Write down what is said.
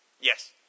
Yes